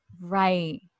right